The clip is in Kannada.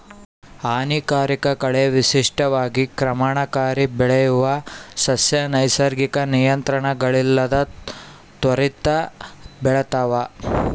ಹಾನಿಕಾರಕ ಕಳೆ ವಿಶಿಷ್ಟವಾಗಿ ಕ್ರಮಣಕಾರಿ ಬೆಳೆಯುವ ಸಸ್ಯ ನೈಸರ್ಗಿಕ ನಿಯಂತ್ರಣಗಳಿಲ್ಲದೆ ತ್ವರಿತ ಬೆಳಿತಾವ